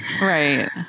Right